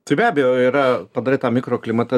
tai be abejo yra padarai tą mikroklimatą